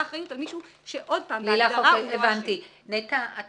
אחריות על מישהו שעוד פעם בהגדרה הוא --- נקודה אחת